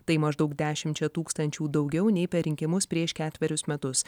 tai maždaug dešimčia tūkstančių daugiau nei per rinkimus prieš ketverius metus